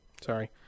Sorry